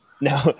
no